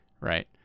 Right